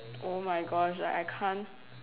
oh my gosh like I can't